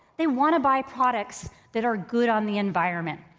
they wanna buy products that are good on the environment.